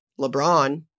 LeBron